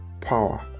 power